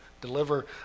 deliver